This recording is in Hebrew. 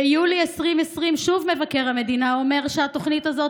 ביולי 2020 שוב מבקר המדינה אומר שהתוכנית הזאת